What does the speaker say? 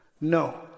No